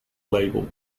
label